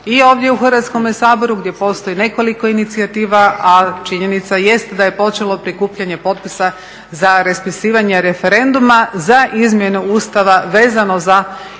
i ovdje u Hrvatskome saboru gdje postoji nekoliko inicijativa, a činjenica jest da je počelo prikupljanje potpisa za raspisivanje referenduma za izmjenu Ustava vezano za